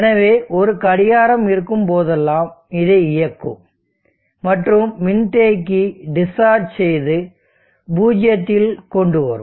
எனவே ஒரு கடிகாரம் இருக்கும் போதெல்லாம் இதை இயக்கும் மற்றும் மின்தேக்கி டிஸ்சார்ஜ் செய்து பூஜ்ஜியத்தில் கொண்டு வரும்